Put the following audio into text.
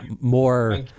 more –